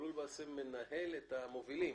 מנהל את המובילים.